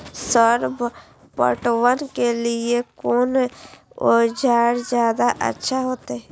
Sir पटवन के लीऐ कोन औजार ज्यादा अच्छा होते?